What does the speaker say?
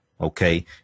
Okay